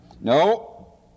No